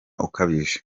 ukabije